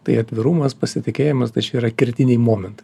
tai atvirumas pasitikėjimas tai čia yra kertiniai momentai